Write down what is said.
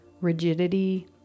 rigidity